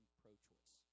pro-choice